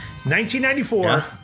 1994